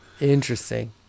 Interesting